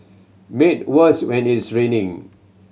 made worse when it's raining